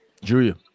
Julia